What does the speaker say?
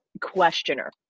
Questioner